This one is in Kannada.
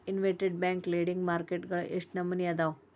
ಇನ್ಟರ್ನೆಟ್ ಬ್ಯಾಂಕ್ ಲೆಂಡಿಂಗ್ ಮಾರ್ಕೆಟ್ ವಳಗ ಎಷ್ಟ್ ನಮನಿಅದಾವು?